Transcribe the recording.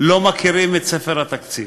לא מכירים את ספר התקציב.